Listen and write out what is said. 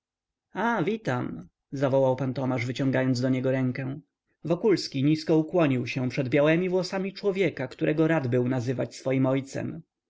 a witam zawołał pan tomasz wyciągając do niego rękę wokulski nisko ukłonił się przed białemi włosami człowieka którego rad był nazywać swoim ojcem